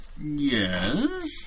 Yes